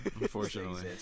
Unfortunately